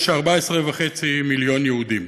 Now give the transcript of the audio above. יש 14.5 מיליון יהודים,